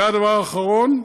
והדבר האחרון,